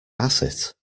bassett